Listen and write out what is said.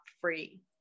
free